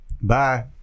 Bye